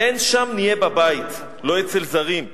הן שם נהיה בבית, לא אצל זרים.